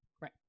Right